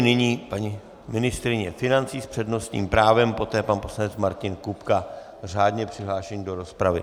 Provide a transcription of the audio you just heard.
Nyní paní ministryně financí s přednostním právem, poté pan poslanec Martin Kupka řádně přihlášený do rozpravy.